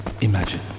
imagine